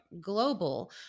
global